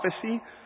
prophecy